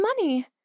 money